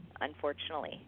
unfortunately